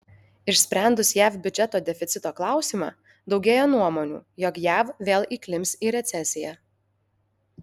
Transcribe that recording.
išsprendus jav biudžeto deficito klausimą daugėja nuomonių jog jav vėl įklimps į recesiją